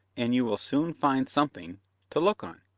and you will soon find something to look on!